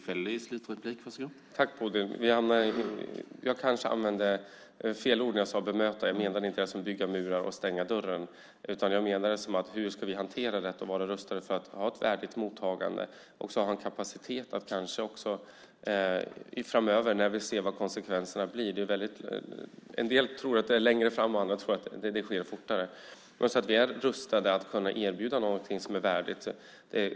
Herr talman! Tack, Bodil. Jag kanske använde fel ord när jag sade bemöta. Jag menade inte att vi ska bygga murar och stänga dörren. Det jag menade var: Hur ska vi hantera det och vara rustade för att ha ett värdigt mottagande? Det gäller att ha en kapacitet framöver när vi ser vad konsekvenserna blir. En del tror att det sker längre fram och andra att det sker fortare. Vi måste vara rustade att erbjuda något som är värdigt.